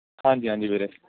ਹਾਂਜੀ ਹਾਂਜੀ ਵੀਰੇ